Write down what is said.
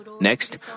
Next